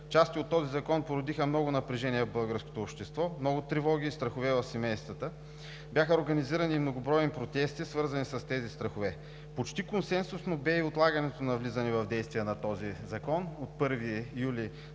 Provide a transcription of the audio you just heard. Части от този закон породиха много напрежение в българското общество, много тревоги и страхове в семействата. Бяха организирани и многобройни протести, свързани с тези страхове. Почти консенсусно бе и отлагането на влизане в действие на този закон от 1 юли